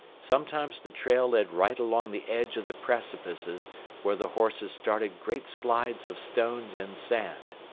sometimes the trail led right along the edge of the precipices where the horses started great slides of stones and sand.